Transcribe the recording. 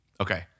Okay